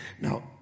Now